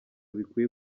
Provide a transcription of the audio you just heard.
bikwiye